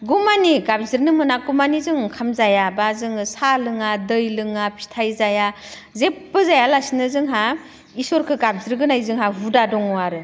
गाबज्रिनोमोनागौमानि जों ओंखाम जाया बा जोङो साहा लोङा दै लोङा फिथाइ जाया जेबो जायालासिनो जोंहा इसोरखो गाबज्रिग्रोनाय जोहा हुदा दं आरो